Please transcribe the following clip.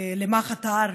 למה חתר,